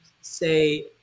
say